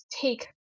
take